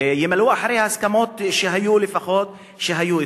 וימלאו אחרי ההסכמות שהיו אתמול.